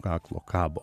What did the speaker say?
kaklo kabo